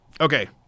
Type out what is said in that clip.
Okay